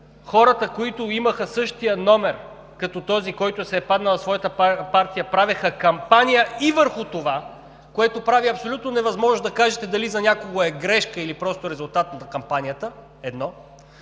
хората, които имаха същия номер като този, който се е паднал на своята партия, правеха кампания и върху това, което прави абсолютно невъзможно да кажете дали за някого е грешка, или просто резултат на кампанията – едно.